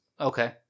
Okay